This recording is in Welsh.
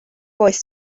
oes